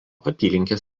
apylinkės